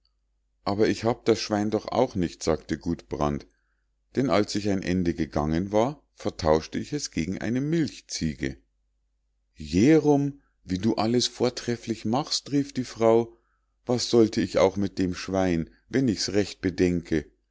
aber ich habe das schwein doch auch nicht sagte gudbrand denn als ich ein ende weiter gegangen war vertauschte ich es gegen eine milchziege jerum wie du alles vortrefflich machst rief die frau was sollte ich auch mit dem schwein wenn ich's recht bedenke